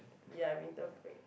ya winter break